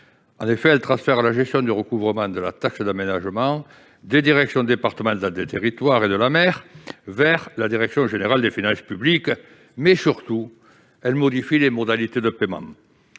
en effet la gestion du recouvrement de la taxe d'aménagement des directions départementales des territoires et de la mer (DDTM) vers la direction générale des finances publiques (DGFiP) et, surtout, elle en modifie les modalités de paiement.